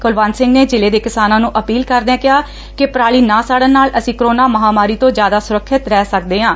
ਕੁਲਵੰਤ ਸਿੰਘ ਨੇ ਜ਼ਿਲੇ ਦੇ ਕਿਸਾਨਾਂ ਨੂੰ ਅਪੀਲ ਕਰਦਿਆਂ ਕਿਹਾ ਕਿ ਪਰਾਲੀ ਨਾ ਸਾੜਨ ਨਾਲ ਅਸੀਂ ਕਰੋਨਾ ਮਹਾਂਮਾਰੀ ਤੋਂ ਜ਼ਿਆਦਾ ਸਰੱਖਿਅਤ ਰਹਿ ਸਕਦੇ ਹਾਂ